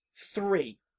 Three